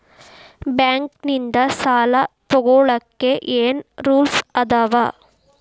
Bank ನಿಂದ್ ಸಾಲ ತೊಗೋಳಕ್ಕೆ ಏನ್ ರೂಲ್ಸ್ ಅದಾವ?